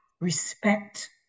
respect